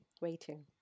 Waiting